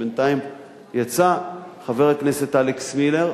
שבינתיים יצא, חבר הכנסת אלכס מילר,